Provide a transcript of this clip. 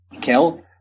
kill